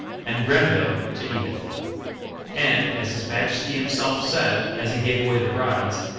and grenville to edith and, as his majesty himself said, as he gave away the brides,